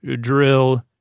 drill